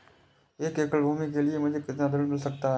एक एकड़ भूमि के लिए मुझे कितना ऋण मिल सकता है?